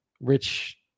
rich